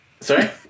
Sorry